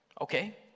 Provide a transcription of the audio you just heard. Okay